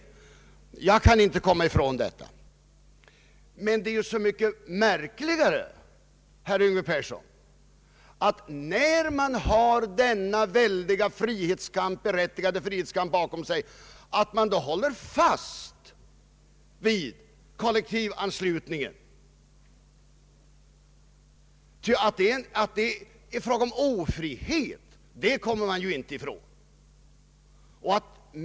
Jag kan inte komma ifrån detta. Men det är så mycket märkligare, herr Yngve Persson, att man, när man har denna väldiga berättigade frihetskamp bakom sig, håller fast vid kollektivanslutningen. Vi kommer nämligen inte ifrån att det är fråga om ofrihet.